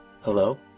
Hello